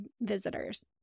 visitors